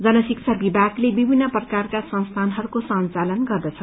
जन शिक्ष विभागले विभित्र प्रकारका संस्थानहरूको संचालन गर्दछ